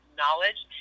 knowledge